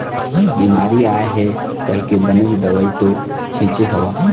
बिमारी आय हे कहिके बनेच दवई तो छिचे हव